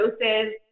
doses